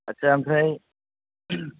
आत्चा ओमफ्राय